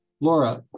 Laura